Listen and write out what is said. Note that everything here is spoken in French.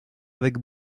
avec